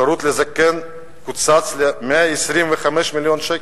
השירות לזקן קוצץ ל-125 מיליון שקל.